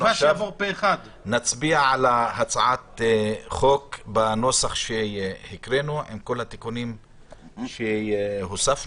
נצביע על הצעת החוק בנוסח שהקראנו עם כל התיקונים שהוספנו.